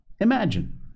imagine